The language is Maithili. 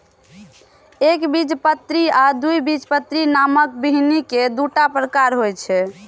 एकबीजपत्री आ द्विबीजपत्री नामक बीहनि के दूटा प्रकार होइ छै